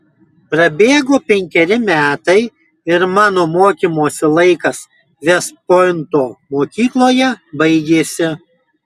prabėgo penkeri metai ir mano mokymosi laikas vest pointo mokykloje baigėsi